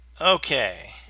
Okay